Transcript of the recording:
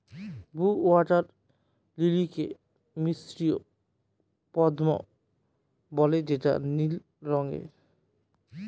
blue water লিলিকে মিসরীয় পদ্মাও বলে যেটা নীল রঙের